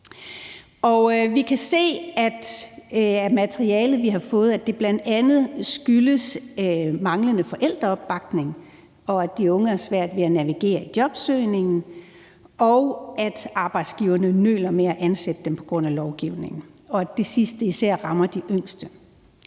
vi har fået, at det bl.a. skyldes manglende forældreopbakning, og at de unge har svært ved at navigere i jobsøgningen, at arbejdsgiverne nøler med at ansætte dem på grund af lovgivningen, og at det sidste især rammer de yngste.